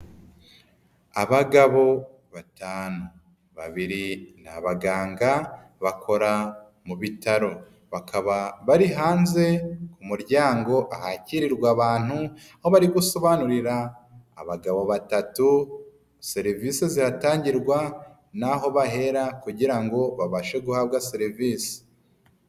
Abagabo batanu, babiri ni abaganga, bakora mu bitaro, bakaba bari hanze ku muryango ahakirirwa abantu, aho bari gusobanurira abagabo batatu serivisi zihatangirwa naho bahera kugira ngo babashe guhabwa serivisi.